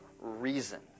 reason